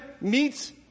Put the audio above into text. meets